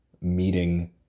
meeting